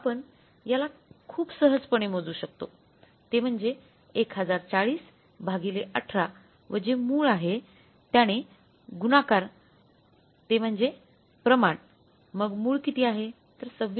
आपण याला खूप सहजपणे मोजू शकतो ते म्हणजे १०४० भागिले १८ व जे मूळ आहे त्याने गुणाकार ते म्हणजे प्रमाण मग मूळ किती आहे तर २६